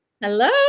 Hello